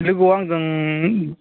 लोगोआव आंजों